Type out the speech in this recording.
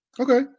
okay